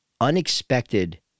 unexpected